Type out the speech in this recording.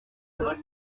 précieux